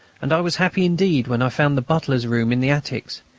and i was happy indeed when i found the butler's room in the attics.